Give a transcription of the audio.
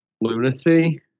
Lunacy